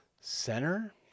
center